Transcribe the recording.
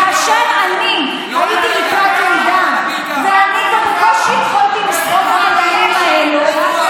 כאשר אני הייתי לקראת לידה ואני כבר בקושי יכולתי לסחוב את הימים האלה,